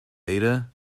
ada